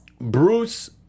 Bruce